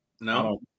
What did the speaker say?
No